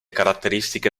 caratteristiche